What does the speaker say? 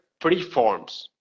preforms